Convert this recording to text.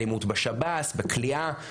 אלימות בשב"ס בכליאה,